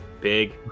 Big